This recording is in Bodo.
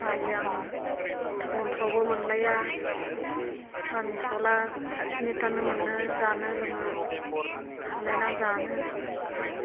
बायो आङो टाउनफ्रावबो मोनलाया गामिफ्रावला फारसेनिफ्राइनो मोनो जानो लोंनो खालायना जानो